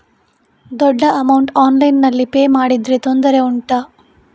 ದೊಡ್ಡ ಅಮೌಂಟ್ ಆನ್ಲೈನ್ನಲ್ಲಿ ಪೇ ಮಾಡಿದ್ರೆ ತೊಂದರೆ ಉಂಟಾ?